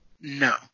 No